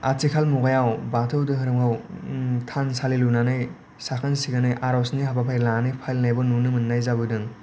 आथिखाल मुगायाव बाथौ धोरोमाव ओ थानसालि लुनानै साखोन सिखोनै आरजनि हाबाफारि लानानै फालिनायबो नुनो मोननाय जाबोदों